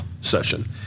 session